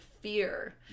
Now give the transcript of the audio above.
fear